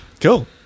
Cool